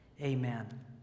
amen